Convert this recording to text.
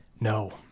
No